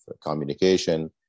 communication